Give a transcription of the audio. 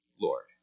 Lord